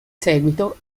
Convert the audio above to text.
seguito